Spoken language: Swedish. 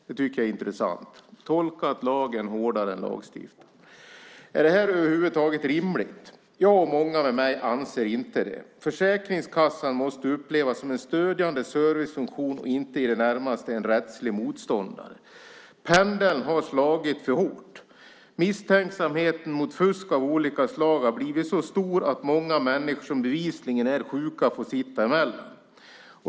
Det tycker jag är intressant. De har tolkat lagen hårdare än lagstiftaren. Är det här över huvud taget rimligt? Jag och många med mig anser inte det. Försäkringskassan måste upplevas som en stödjande servicefunktion och inte som i det närmaste en rättslig motståndare. Pendeln har slagit för hårt. Misstänksamheten mot fusk av olika slag har blivit så stor att många människor som bevisligen är sjuka får sitta emellan.